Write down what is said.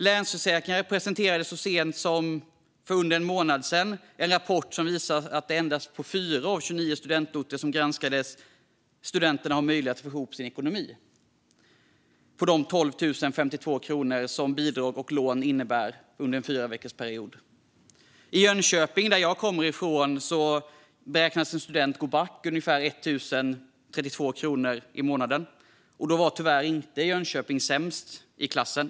Länsförsäkringar presenterade för mindre än en månad sedan en rapport som visade att endast på 4 av de 29 studentorter som granskades har studenterna möjlighet att få ihop sin ekonomi på de 12 052 kronor som bidrag och lån innebär under en fyraveckorsperiod. I Jönköping, där jag kommer ifrån, beräknas en student gå back ungefär 1 032 kronor i månaden, och då var Jönköping inte ens sämst i klassen.